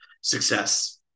success